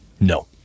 No